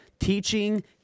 Teaching